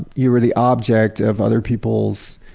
you were the object of other people's